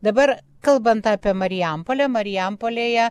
dabar kalbant apie marijampolę marijampolėje